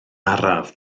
araf